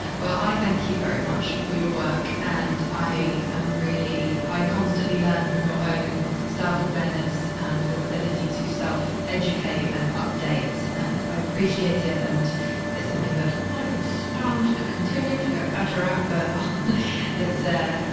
well, i thank you very much for your work. and i am really, i constantly learn from your own self-awareness and your ability to self educate and update, and i appreciate it. and it's something that i could stand to continue to get better at. but it's a,